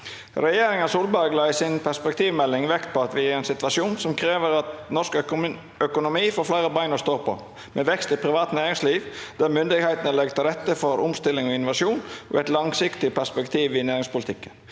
«Regjeringen Solberg la i sin perspektivmelding vekt på at vi er i en situasjon som krever at norsk økonomi får flere bein å stå på, med vekst i privat næringsliv, der myndighetene legger til rette for omstilling og innovasjon, og et langsiktig perspektiv i næringspolitikken,